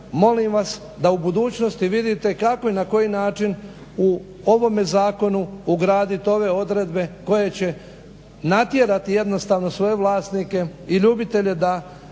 molim vas da u budućnosti vidite kako i na koji način u ovome zakonu ugradit ove odredbe koje će natjerati jednostavno svoje vlasnike i ljubitelje da